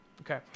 Okay